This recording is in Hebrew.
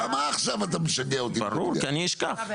ברור, כי אני אשכח.